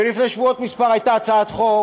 ולפני כמה שבועות הייתה הצעת חוק